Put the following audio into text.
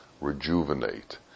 rejuvenate